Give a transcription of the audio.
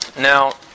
Now